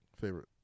favorite